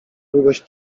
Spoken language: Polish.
długość